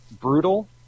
brutal